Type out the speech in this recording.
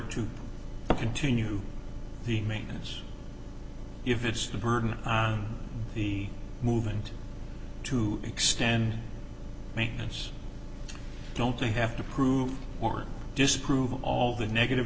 to continue the maintenance if it's the burden of the movement to extend maintenance don't to have to prove or disprove all the negative